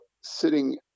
sitting